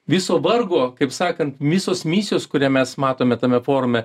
viso vargo kaip sakant misos misijos kurią mes matome tame forume